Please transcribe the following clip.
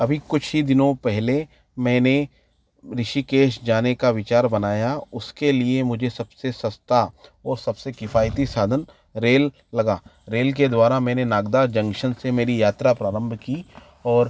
अभी कुछ ही दिनों पहले मैंने ऋषिकेश जाने का विचार बनाया उसके लिए मुझे सबसे सस्ता ओर सबसे किफ़ायती साधन रेल लगा रेल के द्वारा मैंने नागदा जंक्शन से मेरी यात्रा प्रारंभ की और